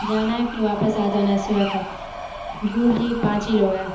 جانا ہے پھر واپس آ جانا ہے صبح تک جی جی پانچ ہی لوگ ہیں